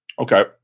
Okay